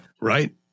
right